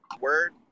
word